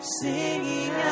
singing